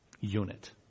unit